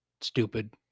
Stupid